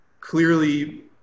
clearly